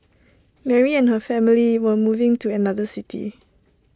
Mary and her family were moving to another city